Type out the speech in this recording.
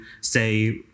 say